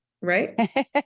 right